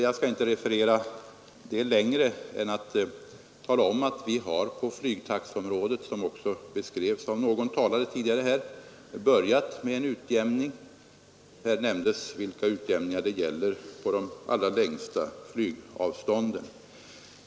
Jag skall bara tala om att vi, som också beskrevs av någon talare tidigare, på flygtaxeområdet har börjat med en utjämning. Här nämndes vilka utjämningar det gäller på de allra längsta flygavstånden.